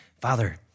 Father